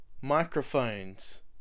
microphones